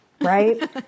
right